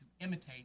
imitate